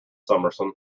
summerson